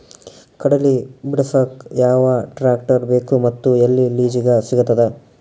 ಕಡಲಿ ಬಿಡಸಕ್ ಯಾವ ಟ್ರ್ಯಾಕ್ಟರ್ ಬೇಕು ಮತ್ತು ಎಲ್ಲಿ ಲಿಜೀಗ ಸಿಗತದ?